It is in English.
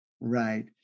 Right